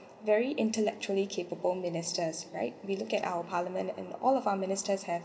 very intellectually capable ministers right we look at our parliament and all of our ministers have